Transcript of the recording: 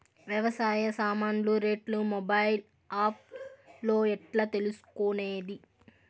వ్యవసాయ సామాన్లు రేట్లు మొబైల్ ఆప్ లో ఎట్లా తెలుసుకునేది?